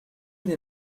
des